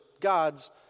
God's